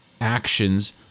actions